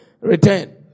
return